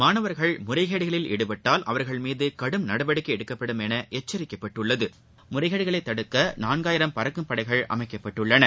மாணவர்கள் முறைகேடுகளில் ஈடுபட்டால் அவர்கள் மீது கடும் நடவடிக்கை எடுக்கப்படும் என எச்சிக்கப்பட்டுள்ளது முறைகேடுகளைத் தடுக்க நான்காயிரம் பறக்கும் படைகள் அமைக்கப்பட்டுள்ளன